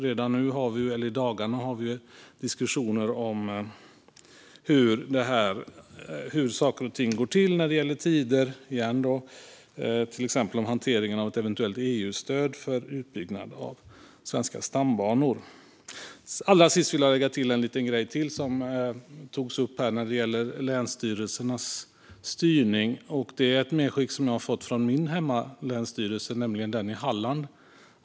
Redan i dagarna har vi diskussioner om hur saker och ting går till när det gäller tider - återigen - exempelvis i hanteringen av eventuellt EU-stöd för utbyggnad av svenska stambanor. Allra sist vill jag lägga till något som togs upp angående länsstyrelsernas styrning. Det är ett medskick som jag har fått från länsstyrelsen där hemma, den i Halland.